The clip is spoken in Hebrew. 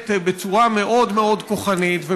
מתנהלת בצורה מאוד מאוד כוחנית,